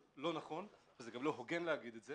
לא נכון וזה גם לא הוגן להגיד את זה.